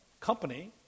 company